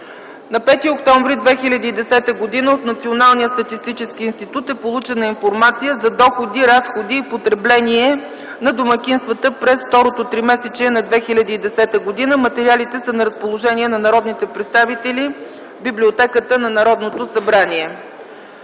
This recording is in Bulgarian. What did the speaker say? На 5 октомври 2010 г. от Националния статистически институт е получена информация за доходи, разходи и потребление на домакинствата през второто тримесечие на 2010 г. Материалите са на разположение на народните представители в Библиотеката на Народното събрание.